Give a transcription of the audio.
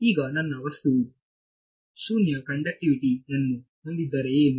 ಈಗ ನನ್ನ ವಸ್ತುವು ಶೂನ್ಯ ಕಂಡಕ್ಟಿವಿಟಿ ಯನ್ನು ಹೊಂದಿದ್ದರೆ ಏನು